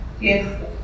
Yes